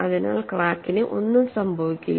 അതിനാൽ ക്രാക്കിന് ഒന്നും സംഭവിക്കില്ല